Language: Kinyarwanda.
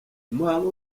umuhango